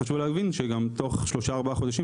חשוב להבין שגם תוך שלושה-ארבעה חודשים,